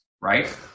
right